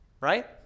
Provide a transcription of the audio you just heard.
right